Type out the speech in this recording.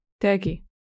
Turkey